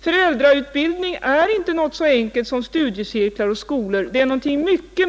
Föräldrautbildning är inte något så enkelt som studiecirklar och skolor — det är någonting mycket